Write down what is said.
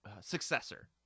successor